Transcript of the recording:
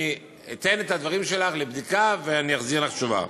אני אתן את הדברים שלך לבדיקה ואני אחזיר לך תשובה.